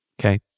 Okay